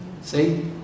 See